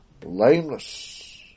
blameless